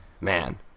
man